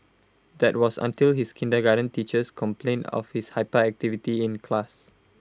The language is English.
that was until his kindergarten teachers complained of his hyperactivity in class